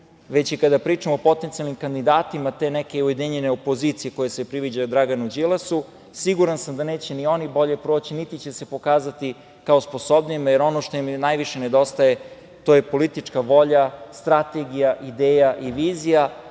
već i kada pričamo o potencijalnim kandidatima te neke ujedinjene opozicije koja se priviđa Draganu Đilasu, siguran sam da neće ni oni bolje proći, niti će se pokazati kao sposobnijima jer ono što im najviše nedostaje to je politička volja, strategija, ideja i vizija,